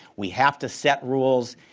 we have to set rules,